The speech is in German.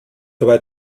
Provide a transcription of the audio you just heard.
wide